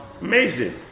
amazing